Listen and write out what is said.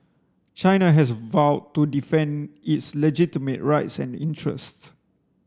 China has vowed to defend its legitimate rights and interests